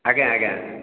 ଆଜ୍ଞା ଆଜ୍ଞା